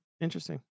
Interesting